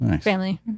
family